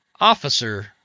Officer